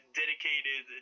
dedicated